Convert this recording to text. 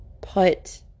put